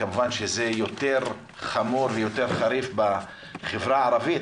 כמובן שזה יותר חמור ויותר חריף בחברה הערבית,